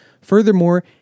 furthermore